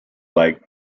like